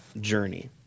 journey